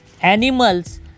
Animals